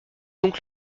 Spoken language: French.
donc